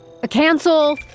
Cancel